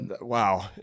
Wow